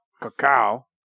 cacao